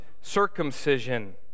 circumcision